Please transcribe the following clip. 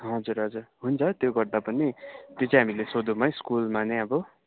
हजुर हजुर हुन्छ त्यो गर्दा पनि त्यो चाहिँ हामीले सोधौँ है स्कुलमा नै अब